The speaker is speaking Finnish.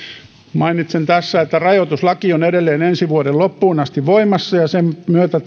mainitsen tässä että rahoituslaki on edelleen ensi vuoden loppuun asti voimassa ja sen myötä